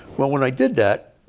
when when i did that,